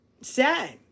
sad